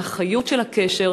מהחיות של הקשר,